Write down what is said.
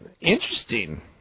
Interesting